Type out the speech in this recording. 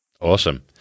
Awesome